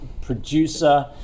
producer